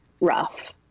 rough